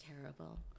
terrible